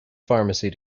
pharmacy